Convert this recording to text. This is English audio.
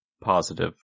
Positive